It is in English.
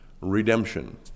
redemption